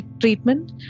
treatment